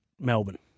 Melbourne